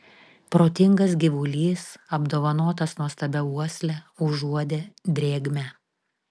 protingas gyvulys apdovanotas nuostabia uosle užuodė drėgmę